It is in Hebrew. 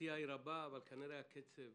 העשייה רבה, אבל כנראה הקצב